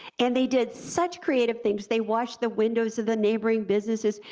and they did such creative things, they washed the windows of the neighboring businesses,